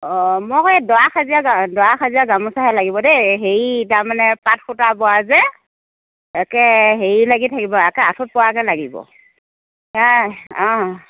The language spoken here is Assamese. অ মই আকৌ এই দৰা সজীয়া দৰা সজীয়া গামোচাহে লাগিব দেই হেৰি তাৰমানে পাট সূতা বোৱা যে একে হেৰি লাগি থাকিব একে আঁঠুত পৰাকৈ লাগিব আ অ